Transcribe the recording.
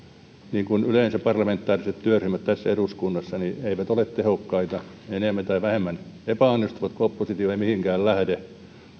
niin kuin yleensä parlamentaariset työryhmät tässä eduskunnassa ne eivät ole tehokkaita ja enemmän tai vähemmän epäonnistuvat kun oppositio ei lähde mihinkään